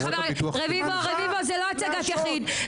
חבר הכנסת רביבו זה לא הצגת יחיד.